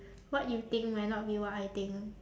what you think might not be what I think